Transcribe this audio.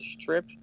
strip